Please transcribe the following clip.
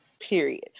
Period